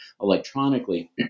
electronically